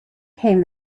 came